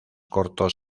cortos